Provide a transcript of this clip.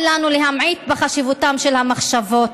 אל לנו להמעיט בחשיבותן של המחשבות,